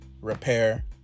repair